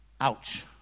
Ouch